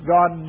God